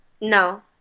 No